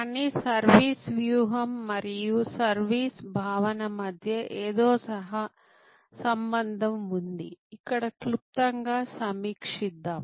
కానీ సర్వీస్ వ్యూహం మరియు సర్వీస్ భావన మధ్య ఏదో సహసంబంధం ఉంది ఇక్కడ క్లుప్తంగా సమీక్షిద్దాం